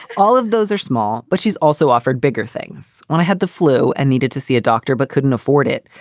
all of those are small, but she's also offered bigger things. when i had the flu and needed to see a doctor but couldn't afford it,